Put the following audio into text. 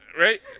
Right